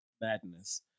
madness